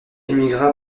émigra